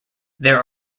there